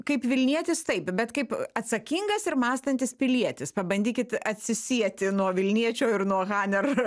kaip vilnietis taip bet kaip atsakingas ir mąstantis pilietis pabandykit atsisieti nuo vilniečio ir nuo haner